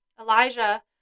Elijah